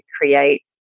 create